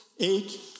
Eight